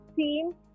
team